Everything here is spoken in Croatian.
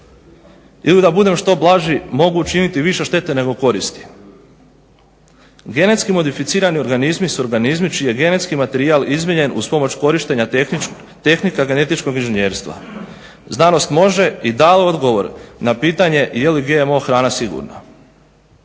ili da budem što blaži mogu učiniti više štete nego koristi. Genetski modificirani organizmi su organizmi čiji je genetski materijal izmijenjen uz pomoć korištenja tehnika genetičkog inženjerstva. Znanost može i dala je odgovor na pitanje je li GMO hrana sigurna,